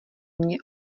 mně